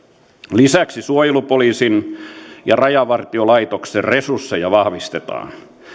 lisäksi suojelupoliisin ja rajavartiolaitoksen resursseja vahvistetaan